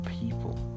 people